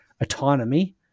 autonomy